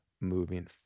moving